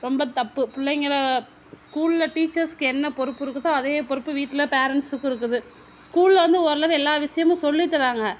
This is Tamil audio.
ரொம்ப தப்பு பிள்ளைங்கள ஸ்கூல்ல டீச்சர்ஸ்க்கு என்ன பொறுப்பு இருக்குதோ அதே பொறுப்பு வீட்டில் பேரண்ட்ஸுக்கும் இருக்குது ஸ்கூல்ல வந்து ஓரளவு எல்லா விஷயமும் சொல்லித்தராங்க